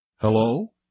Hello